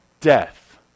death